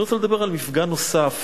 אני רוצה לדבר על מפגע נוסף,